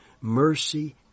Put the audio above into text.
Mercy